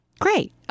Great